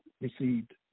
received